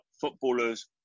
footballers